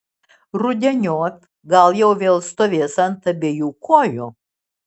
rudeniop gal jau vėl stovės ant abiejų kojų